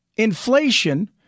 inflation